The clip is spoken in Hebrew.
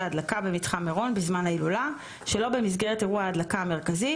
הדלקה במתחם מירון בזמן ההילולה שלא במסגרת אירוע ההדלקה המרכזי,